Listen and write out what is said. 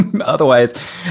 Otherwise